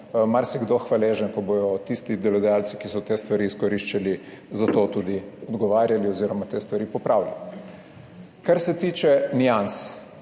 marsikdo hvaležen, ko bodo tisti delodajalci, ki so te stvari izkoriščali, za to tudi odgovarjali, oz. te stvari popravili. Kar se tiče nians.